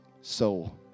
soul